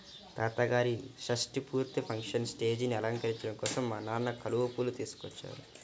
తాతగారి షష్టి పూర్తి ఫంక్షన్ స్టేజీని అలంకరించడం కోసం మా నాన్న కలువ పూలు తీసుకొచ్చారు